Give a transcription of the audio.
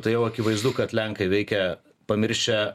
tai jau akivaizdu kad lenkai veikia pamiršę